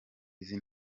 izi